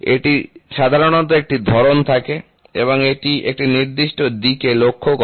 এটির সাধারণত একটি ধরন থাকে এবং এটি একটি নির্দিষ্ট দিকে লক্ষ্য করে